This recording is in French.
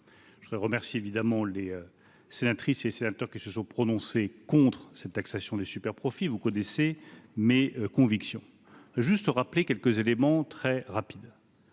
remercier évidemment les sénatrices et sénateurs qui se sont prononcés contre cette taxation des superprofits, vous connaissez mes convictions juste rappeler quelques éléments très rapide.